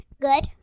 Good